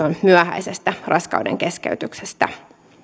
on myöhäisestä raskaudenkeskeytyksestä